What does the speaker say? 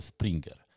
Springer